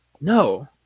No